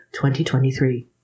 2023